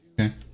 Okay